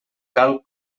cal